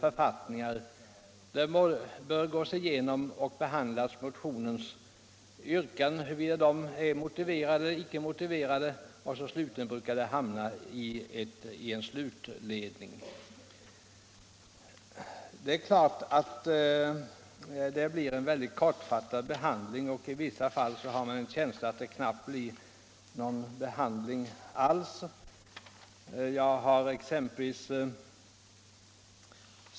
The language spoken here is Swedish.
Vidare brukar utskottet gå igenom motionens yrkanden, huruvida de är motiverade eller inte, och slutligen brukar yttrandet mynna ut i en slutledning. Det är klart att behandlingen av varje motion blir mycket kortfattad; när det gäller vissa motioner har man en känsla av att de inte behandlats alls.